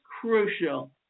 crucial